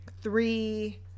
three